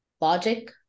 logic